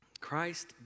Christ